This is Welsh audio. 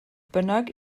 bynnag